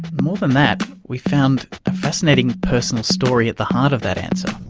more than that, we found a fascinating personal story at the heart of that answer.